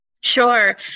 Sure